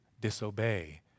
disobey